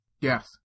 Yes